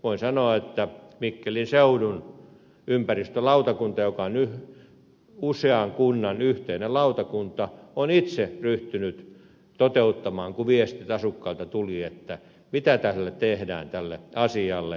voin sanoa että mikkelin seudun ympäristölautakunta joka on usean kunnan yhteinen lautakunta on itse ryhtynyt toteuttamaan kun viestit asukkailta tulivat mitä tälle asialle tehdään